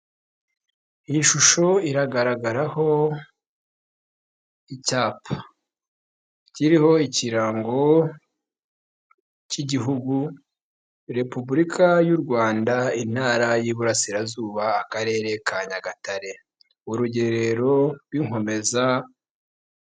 Iyi shusho iragaragaraho icyapa, kiriho ikirango cy'igihugu, repubulika y'u Rwanda intara y'iburasirazuba akarere ka Nyagatare, urugerero rw'inkomeza.